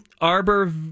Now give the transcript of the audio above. arbor